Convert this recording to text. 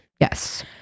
yes